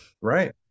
Right